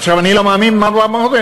אני לא מאמין במרואן ברגותי,